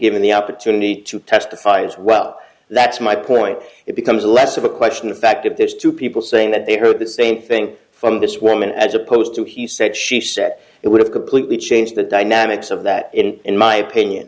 given the opportunity to testify as well that's my point it becomes less of a question of fact if there's two people saying that they heard the same thing from this woman as opposed to he said she said it would have completely changed the dynamics of that in my opinion